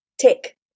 tick